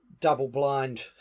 double-blind